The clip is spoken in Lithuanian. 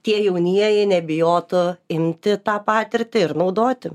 tie jaunieji nebijotų imti tą patirtį ir naudoti